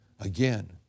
again